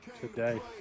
Today